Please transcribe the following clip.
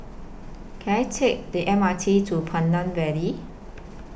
Can I Take The M R T to Pandan Valley